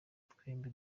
twembi